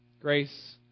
Grace